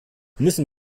müssen